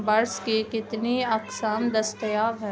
brush کی کتنی اقسام دستیاب ہیں